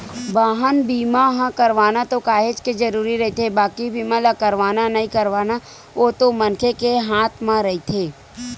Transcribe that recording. बाहन बीमा ह करवाना तो काहेच के जरुरी रहिथे बाकी बीमा ल करवाना नइ करवाना ओ तो मनखे के हात म रहिथे